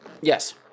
Yes